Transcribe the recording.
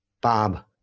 Bob